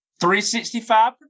365